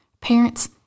Parents